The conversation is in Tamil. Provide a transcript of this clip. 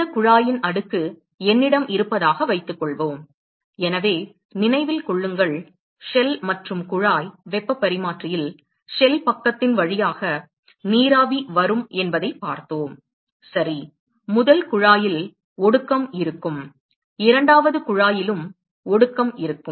இந்த குழாயின் அடுக்கு என்னிடம் இருப்பதாக வைத்துக்கொள்வோம் எனவே நினைவில் கொள்ளுங்கள் ஷெல் மற்றும் குழாய் வெப்பப் பரிமாற்றியில் ஷெல் பக்கத்தின் வழியாக நீராவி வரும் என்பதை பார்த்தோம் சரி முதல் குழாயில் ஒடுக்கம் இருக்கும் இரண்டாவது குழாயிலும் ஒடுக்கம் இருக்கும்